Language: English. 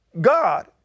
God